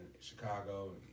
Chicago